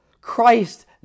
Christ